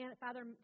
Father